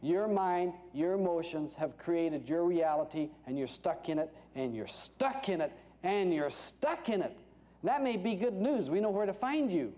your mind your emotions have created your reality and you're stuck in it and you're stuck in it and you're stuck in it that may be good news we know where to find you